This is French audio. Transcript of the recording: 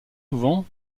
souvent